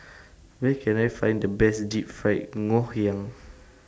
Where Can I Find The Best Deep Fried Ngoh Hiang